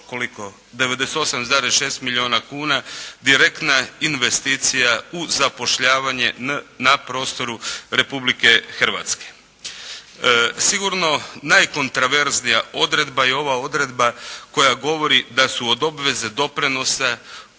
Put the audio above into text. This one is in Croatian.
98,6 milijuna kuna direktna investicija u zapošljavanje na prostoru Republike Hrvatske. Sigurno najkontraverznija odredba je ova odredba koja govori da su od obveze doprinosa